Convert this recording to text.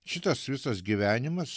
šitas visas gyvenimas